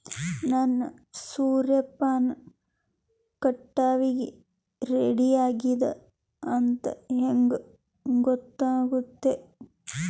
ನನ್ನ ಸೂರ್ಯಪಾನ ಕಟಾವಿಗೆ ರೆಡಿ ಆಗೇದ ಅಂತ ಹೆಂಗ ಗೊತ್ತಾಗುತ್ತೆ?